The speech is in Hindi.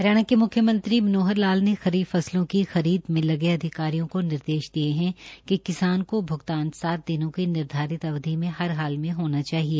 हरियाणा के मुख्मयंत्री मनोहर लाल ने खरीफ फसलों की खरीद में लगे अधिकारियों को निर्देश दिये है कि किसान को भ्गतान सात दिनों की निर्धारित अवधि में हर हाल मे होना चाहिए